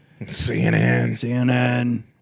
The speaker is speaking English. CNN